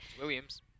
Williams